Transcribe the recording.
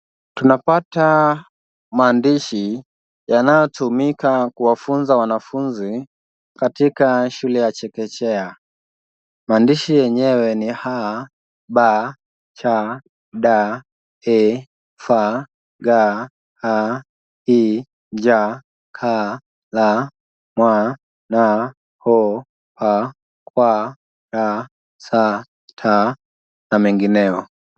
Tunapata maandishi yanayotumika kuwafunza wanafunzi katika shule ya chekechea. Maandishi yenyewe ni A, B, C, D. E, F, G, H, I, J, K, L, M, N, O, P, Q, R, S, T na mengineo.